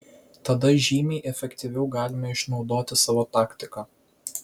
tada žymiai efektyviau galime išnaudoti savo taktiką